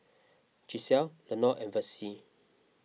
Gisele Lenord and Vessie